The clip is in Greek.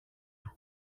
του